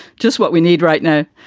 just what we need right now.